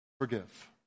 forgive